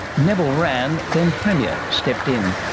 neville wran, then premier, stepped in.